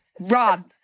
Run